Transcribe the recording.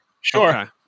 Sure